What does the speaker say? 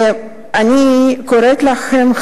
ואני קוראת לכם,